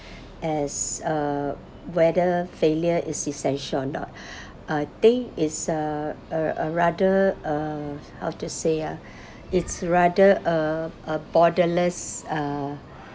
as uh whether failure is essential or not I think it's a a a rather uh how to say ah it's rather a a borderless uh